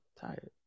tired